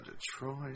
Detroit